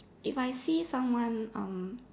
if I see someone um